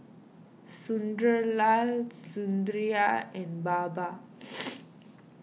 Sunderlal Sundaraiah and Baba